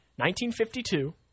1952